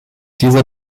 dieser